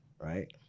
right